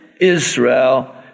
Israel